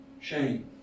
shame